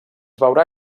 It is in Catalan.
veurà